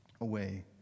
away